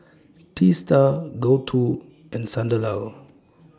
Teesta Gouthu and Sunderlal